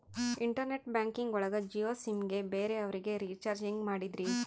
Internet banking ಒಳಗ Jio sim ಗೆ ಬೇರೆ ಅವರಿಗೆ ರೀಚಾರ್ಜ್ ಹೆಂಗ್ ಮಾಡಿದ್ರಿ?